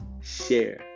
share